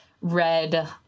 red